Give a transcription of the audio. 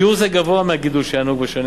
שיעור זה גבוה מהגידול שהיה נהוג בשנים